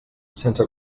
sense